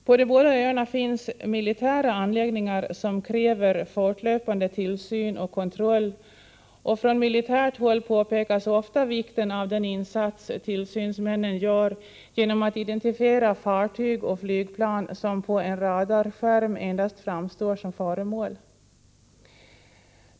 På de båda öarna finns militära anläggningar som kräver fortlöpande tillsyn och kontroll, och från militärt håll påpekas ofta vikten av den insats tillsynsmännen gör genom att identifiera fartyg och flygplan som på en radarskärm endast framstår som föremål.